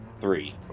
Three